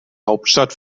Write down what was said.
hauptstadt